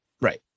Right